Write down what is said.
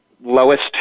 lowest